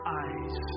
eyes